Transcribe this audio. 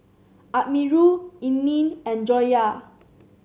Amirul Isnin and Joyah